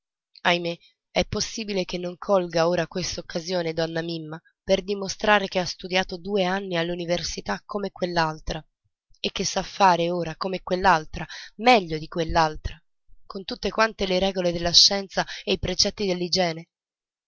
ahimè è possibile che non colga ora questa occasione donna mimma per dimostrare che ha studiato due anni all'università come quell'altra e che sa fare ora come quell'altra meglio di quell'altra con tutte quante le regole della scienza e i precetti